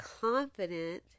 confident